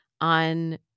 on